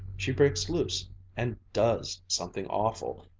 she breaks loose and does something awful,